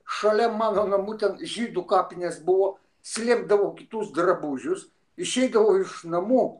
šalia mano namų ten žydų kapinės buvo slėpdavau kitus drabužius išeidavau iš namų